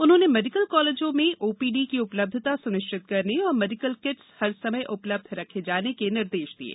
उन्होंने मेडिकल कॉलेजों में ओपीडी की उपलब्यता सुनिश्चित करने और मेडिकल किट्स हर समय उपलब्ध रखे जाने के निर्देश दिये